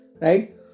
right